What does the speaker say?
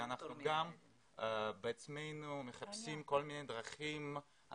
אנחנו גם מחפשים כל מיני דרכים לתרום.